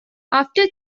after